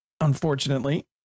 unfortunately